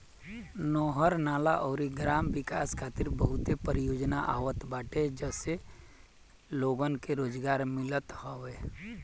नहर, नाला अउरी ग्राम विकास खातिर बहुते परियोजना आवत बाटे जसे लोगन के रोजगार मिलत हवे